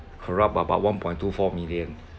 corrupt about one point two four million